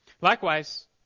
Likewise